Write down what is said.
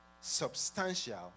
substantial